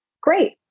great